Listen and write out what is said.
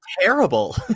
terrible